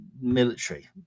military